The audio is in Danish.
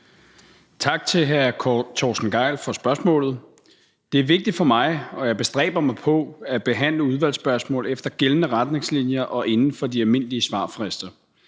Tak til hr. Torsten Gejl for spørgsmålet. Det er vigtigt for mig, og jeg bestræber mig på at behandle udvalgsspørgsmål efter gældende retningslinjer og inden for de almindelige svarfrister.